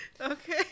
Okay